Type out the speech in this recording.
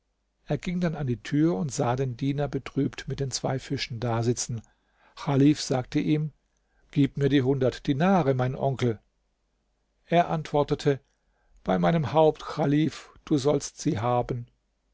er ging dann an die tür und sah den diener betrübt mit den zwei fischen dasitzen chalif sagte ihm gib mir die hundert dinare mein onkel er antwortete bei meinem haupt chalif du sollst sie haben